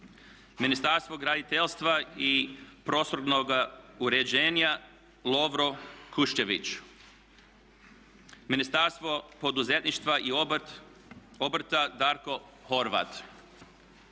Ministarstvo graditeljstva i prostornoga uređenja Lovro Kuščević. Ministarstvo poduzetništva i obrta Darko Horvat.